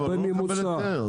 בואו נראה אתכם פותרים את זה.